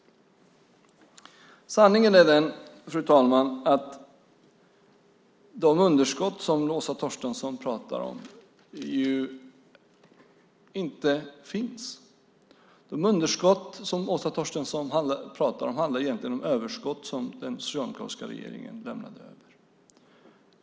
Sanningen är den att de underskott som Åsa Torstensson talar om inte finns. De underskott som Åsa Torstensson talar om är egentligen överskott som den socialdemokratiska regeringen lämnade efter sig.